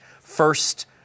First